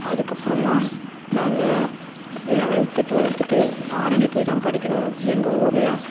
அதுக்கப்புறமாக நாங்கள் லெவல்த்து டுவெல்த்துக்கு ஆரணி போய் தான் படிக்கணும் எங்கள் ஊரில்